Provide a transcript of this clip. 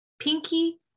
Pinky